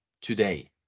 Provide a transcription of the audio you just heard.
today